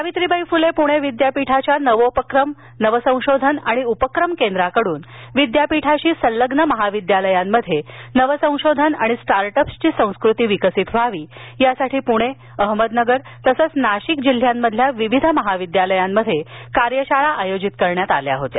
सावित्रीबाई फ़ले पुणे विद्यापीठाच्या नवोपक्रम नवसंशोधन आणि उपक्रम केंद्राकडून विद्यापीठाशी संलग्न महाविद्यालयांमध्ये नवसंशोधन आणि स्टार्टअपसची संस्कृती विकसित व्हावी यासाठी पुणे अहमदनगर तसंच नाशिक जिल्ह्यांमधील विविध महाविद्यालयांमध्ये कार्यशाळा आयोजित करण्यात आल्या होत्या